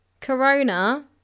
corona